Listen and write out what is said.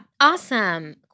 Awesome